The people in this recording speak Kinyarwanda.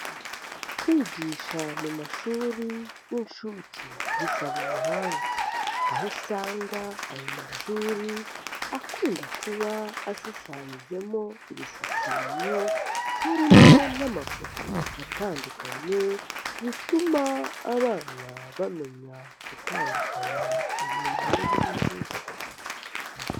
Kwigisha mu mashuri y'inshuke bisaba ubuhanga. Aho usanga ayo mashuri akunda kuba ashushanyijemo ibishushanyo, harimo n'amafoto atandukanye, bituma abana bamenya gutandukanya ibintu n'ibindi.